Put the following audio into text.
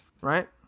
right